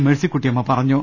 മെഴ്സിക്കുട്ടിയമ്മ പറഞ്ഞു